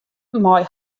mei